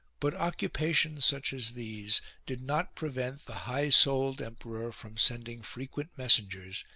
but occupations such as these did not prevent the high-souled emperor from sending frequent mes sengers,